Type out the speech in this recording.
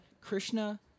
Krishna